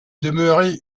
demeuré